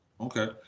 okay